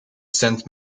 cent